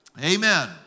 Amen